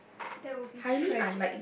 that will be tragic